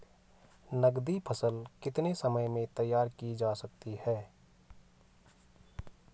नगदी फसल कितने समय में तैयार की जा सकती है?